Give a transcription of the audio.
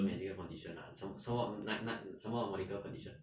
medical condition ah 什什么么哪哪什么 medical condition